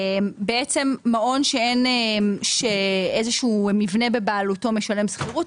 בעצם מעון שאיזשהו מבנה בבעלותו משלם שכירות,